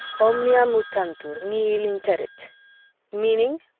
omnia mutantur, nihil interit. meaning?